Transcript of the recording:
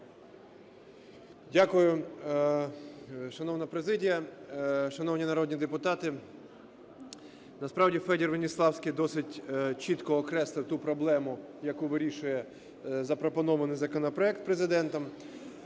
Дякую. Шановна президія, шановні народні депутати! Насправді Федів Веніславський досить чітко окреслив ту проблему, яку вирішує запропонований законопроект Президентом.